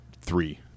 three